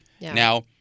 Now